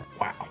wow